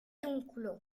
pedúnculo